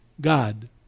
God